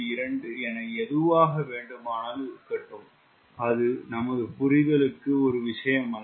2 என எதுவாக வேண்டுமானாலும் இருக்கட்டும் அது நமது புரிதலுக்கு ஒரு விஷயம் அல்ல